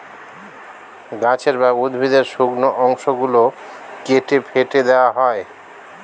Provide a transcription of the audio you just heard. গাছের বা উদ্ভিদের শুকনো অংশ গুলো কেটে ফেটে দেওয়া হয়